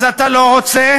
אז אתה לא רוצה,